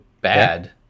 bad